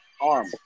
arm